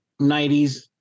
90s